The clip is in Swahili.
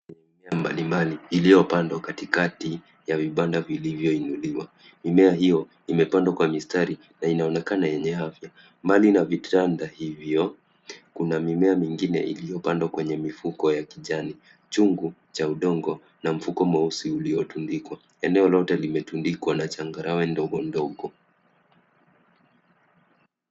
Mimea mbalimbali iliyopandwa katikati ya vibanda vilivyoinuliwa. Mimea hiyo imepandwa kwa mistari na inaonekana yenye afya. Mbali na vitanda hivyo kuna mimea mingine iliyopandwa kwenye mifuko ya kijani. Chungu cha udongo na mfuko mweusi uliotundikwa. Eneo lote limetundikwa na changarawe ndogondogo.